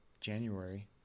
January